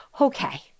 okay